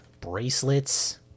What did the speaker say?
Bracelets